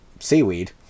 seaweed